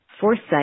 Foresight